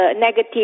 negative